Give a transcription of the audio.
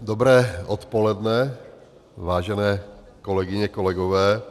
Dobré odpoledne, vážené kolegyně, kolegové.